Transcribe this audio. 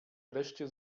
wreszcie